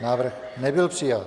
Návrh nebyl přijat.